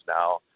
now